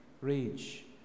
Rage